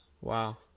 wow